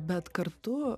bet kartu